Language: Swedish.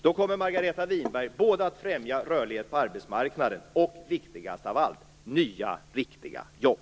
Då kommer Margareta Winberg både att främja rörlighet på arbetsmarknaden och - viktigast av allt - nya riktiga jobb.